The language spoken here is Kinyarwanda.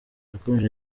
yakomeje